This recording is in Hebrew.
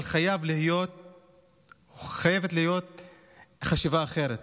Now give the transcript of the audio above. אבל חייבת להיות חשיבה אחרת.